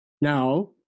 Now